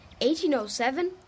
1807